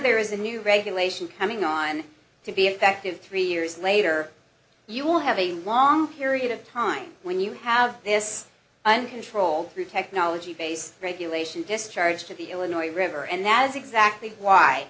there is a new regulation coming on to be effective three years later you will have a long period of time when you have this uncontrolled through technology based regulation discharge to the illinois river and that is exactly why